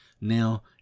now